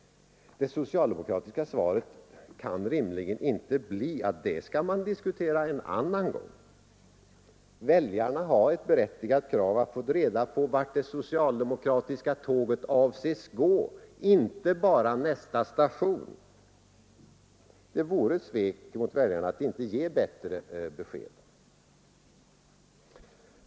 Det socialdemokratiska svaret kan rimligen inte bli att det kan man diskutera en annan gång. Väljarna har ett berättigat krav att få reda på vart det socialdemokratiska tåget avses gå, inte bara nästa station. Det vore ett svek mot väljarna att inte ge bättre besked.